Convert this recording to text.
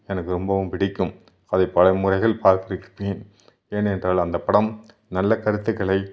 எனக்கு ரொம்பவும் பிடிக்கும் அதை பல முறைகள் பார்த்திருக்கிறேன் ஏனென்றால் அந்தப்படம் நல்ல கருத்துக்களை